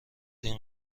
این